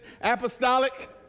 Apostolic